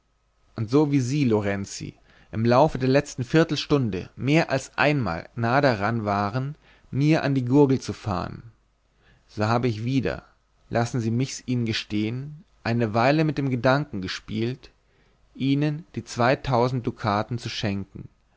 und so wie sie lorenzi im laufe der letzten viertelstunde mehr als einmal nah daran waren mir an die gurgel zu fahren so habe ich wieder lassen sie mich's ihnen gestehen eine weile mit dem gedanken gespielt ihnen die zweitausend dukaten zu schenken